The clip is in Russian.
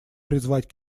призвать